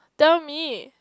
tell me